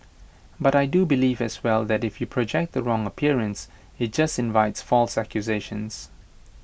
but I do believe as well that if you project the wrong appearance IT just invites false accusations